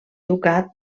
ducat